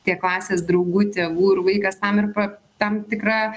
tiek klasės draugų tėvų ir vaikas tam ir pa tam tikra